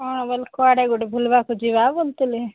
ହଁ ବୋଲେ କୁଆଡ଼େ ଗୋଟେ ବୁଲ୍ ବାକୁ ଯିବା ବୋଲୁଥିଲି